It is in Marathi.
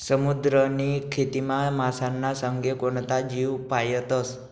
समुद्रनी खेतीमा मासाना संगे कोणता जीव पायतस?